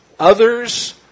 Others